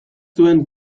zuen